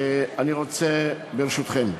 אני רוצה, ברשותכם,